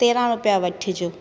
तेरहं रुपिया वठिजो